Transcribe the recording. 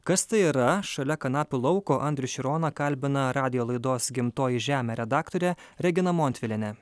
kas tai yra šalia kanapių lauko andrių široną kalbina radijo laidos gimtoji žemė redaktorė regina montvilienė